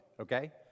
okay